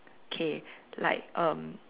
okay like um